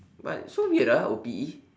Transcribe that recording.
but so weird ah O P_E